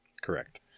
Correct